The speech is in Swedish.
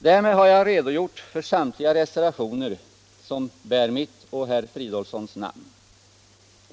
Därmed har jag redogjort för samtliga reservationer som bär mitt och herr Fridolfssons namn.